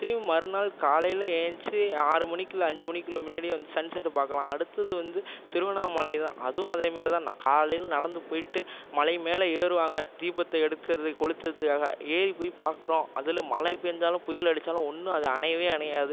திரும்பி மறுநாள் காலையில் ஏழுந்ச்சி ஆறு மணிக்குள்ளே அஞ்சு மணிக்குள்ள முன்னாடியே வந்து சன்செட்டு பார்க்கலாம் அடுத்தது வந்து திருவண்ணாமலை தான் அதுவும் அதேமாரி தான் ந காலையில் நடந்து போயிட்டு மலை மேலே ஏறுவாங்க தீபத்தை எடுத்துறது கொளுத்தறதுக்காக ஏறி போய் பார்க்குறோம் அதில் மழை பெஞ்சாலும் புயல் அடிச்சாலும் ஒன்றும் அது அணையவே அணையாது